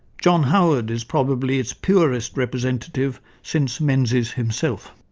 john howard is probably its purest representative since menzies himself.